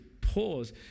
pause